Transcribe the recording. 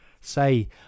say